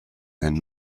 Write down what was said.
and